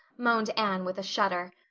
moaned anne with a shudder.